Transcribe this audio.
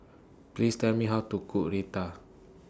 Please Tell Me How to Cook Raita